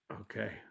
Okay